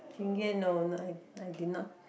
Chingay no not I I did not